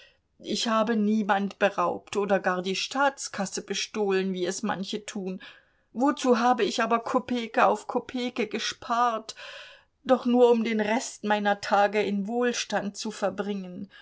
ich habe niemand beraubt oder gar die staatskasse bestohlen wie es manche tun wozu habe ich aber kopeke auf kopeke gespart doch nur um den rest meiner tage in wohlstand zu verbringen